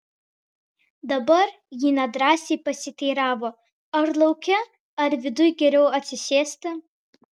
dabar ji nedrąsiai pasiteiravo ar lauke ar viduj geriau atsisėsti